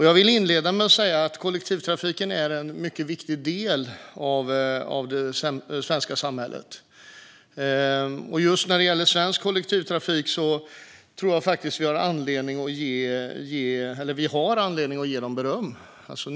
Jag vill inleda med att säga att kollektivtrafiken är en mycket viktig del av det svenska samhället. Just svensk kollektivtrafik har vi faktiskt anledning att ge beröm.